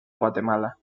guatemala